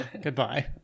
Goodbye